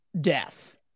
death